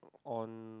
on